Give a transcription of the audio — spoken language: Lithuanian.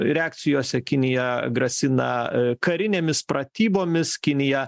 reakcijose kinija grasina karinėmis pratybomis kinija